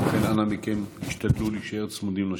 אנא מכם, השתדלו להישאר צמודים לשעון.